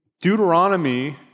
Deuteronomy